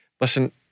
listen